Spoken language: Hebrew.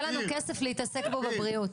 יהיה לנו כסף להתעסק בו בבריאות.